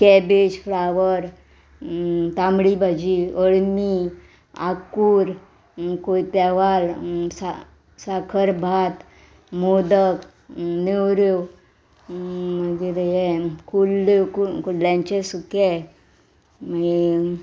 cabbage flower तामडी भाजी अळमी आंकूर कोयत्या वाल साकर भात मोदक नेवऱ्यो मागीर हे कुल्ल्यो कुल्ल्यांचें सुकें मागी